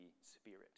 spirit